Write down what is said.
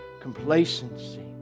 Complacency